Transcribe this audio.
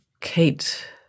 Kate